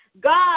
God